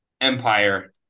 empire